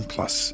Plus